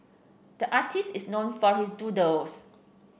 the artist is known for his doodles